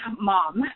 mom